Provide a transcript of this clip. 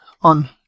on